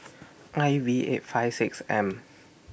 I V eight five six M